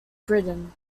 britain